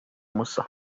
musa